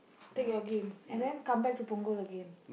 take your game and then come back to Punggol again